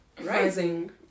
Rising